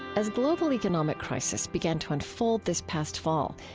as global economic crisis began to unfold this past fall,